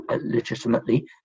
legitimately